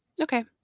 Okay